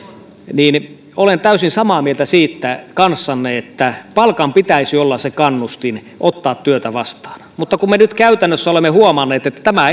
niin olen täysin samaa mieltä siitä kanssanne että palkan pitäisi olla se kannustin ottaa työtä vastaan mutta kun me nyt käytännössä olemme huomanneet että tämä